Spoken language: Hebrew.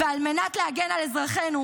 ועל מנת להגן על אזרחינו,